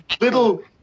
little